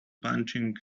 punching